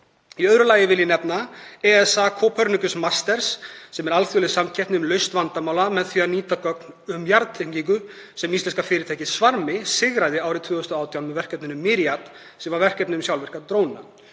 Í öðru lagi vil ég nefna ESA Copernicus Masters, sem er alþjóðleg samkeppni um lausn vandamála með því að nýta gögn um jarðtengingu. Íslenska fyrirtækið Svarmi sigraði þá keppni árið 2018 með verkefninu Myriad, sem er verkefni um sjálfvirka dróna.